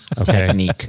Okay